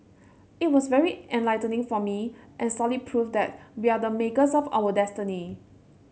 it was very enlightening for me and solid proof that we are the makers of our destiny